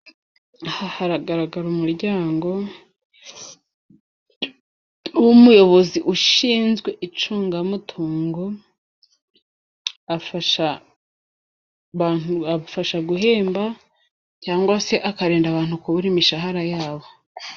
Hagaragara umuryango w'umuyobozi ushinzwe icungamutungo, afasha, afasha guhemba cyangwa se akarinda abantu kubura imishahara yabo.